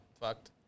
fucked